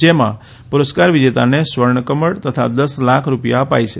જેમાં પુરસ્કાર વિજેતાને સ્વર્ણ કમળ તથા દસ લાખ રુપિયા અપાય છે